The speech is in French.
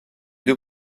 deux